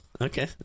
okay